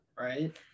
right